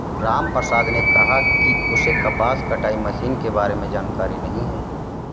रामप्रसाद ने कहा कि उसे कपास कटाई मशीन के बारे में जानकारी नहीं है